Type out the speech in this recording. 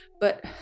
but-